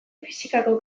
fisikako